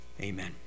Amen